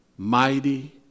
Mighty